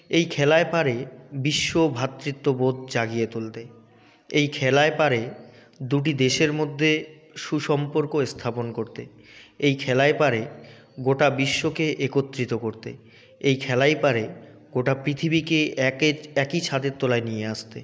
এই খেলাই পারে বিশ্ব ভ্রাতৃত্ববোধ জাগিয়ে তুলতে এই খেলাই পারে দুটি দেশের মধ্যে সুসম্পর্ক স্থাপন করতে এই খেলাই পারে গোটা বিশ্বকে একত্রিত করতে এই খেলাই পারে গোটা পৃথিবীকে একই ছাদের তলায় নিয়ে আসতে